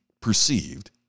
perceived